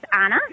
Anna